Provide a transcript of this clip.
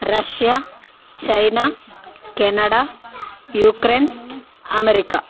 Russia China Canada Ukraine America